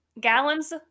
gallons